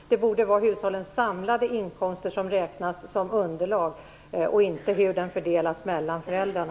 Det borde vara hushållens samlade inkomster som räknas som underlag och inte inkomsternas fördelning mellan föräldrarna.